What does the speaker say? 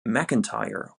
mcintyre